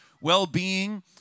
well-being